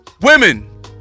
Women